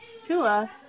Tua